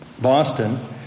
Boston